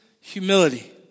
humility